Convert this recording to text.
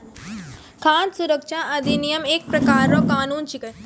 खाद सुरक्षा अधिनियम एक प्रकार रो कानून छिकै